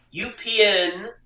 UPN